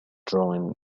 drawn